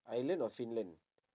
ireland or finland